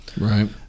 Right